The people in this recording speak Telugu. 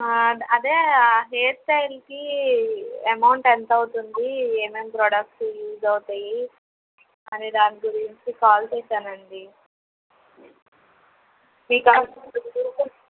అదే హెయిర్ స్టైల్కి అమౌంట్ ఎంత అవుతుంది ఏమేమి ప్రోడక్ట్స్ యూజ్ అవుతాయి అని దానికి కాల్ చేశాను అండి మీ కాల్ కొంచం